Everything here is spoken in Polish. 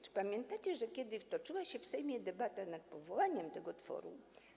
Czy pamiętacie, jak toczyła się w Sejmie debata nad powołaniem tego tworu?